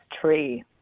Tree